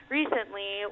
recently